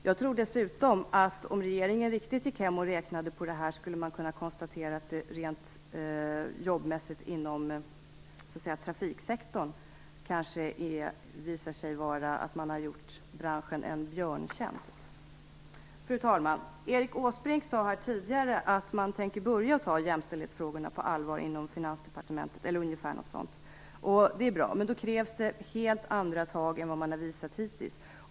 Jag tror dessutom att om regeringen gick hem och riktigt räknade på detta skulle man kunna konstatera att man rent jobbmässigt inom trafiksektorn har gjort branschen en björntjänst. Fru talman! Erik Åsbrink sade tidigare något om att man tänker börja att ta jämställdhetsfrågorna på allvar inom Finansdepartementet. Det är bra. Men då krävs det helt andra tag än man har visat hittills.